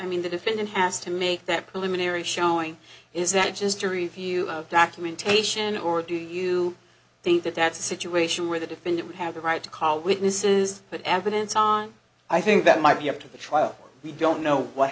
i mean the defendant has to make that preliminary showing is that just a review of documentation or do you think that that's a situation where the defendant would have the right to call witnesses that evidence on i think that might be up to the trial we don't know what